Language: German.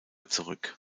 zurück